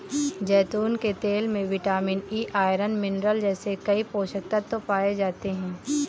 जैतून के तेल में विटामिन ई, आयरन, मिनरल जैसे कई पोषक तत्व पाए जाते हैं